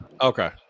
okay